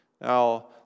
Now